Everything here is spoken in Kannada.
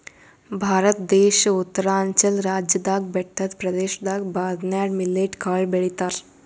ಭಾರತ ದೇಶ್ ಉತ್ತರಾಂಚಲ್ ರಾಜ್ಯದಾಗ್ ಬೆಟ್ಟದ್ ಪ್ರದೇಶದಾಗ್ ಬರ್ನ್ಯಾರ್ಡ್ ಮಿಲ್ಲೆಟ್ ಕಾಳ್ ಬೆಳಿತಾರ್